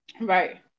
Right